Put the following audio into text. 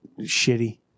shitty